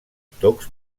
tocs